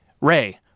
Ray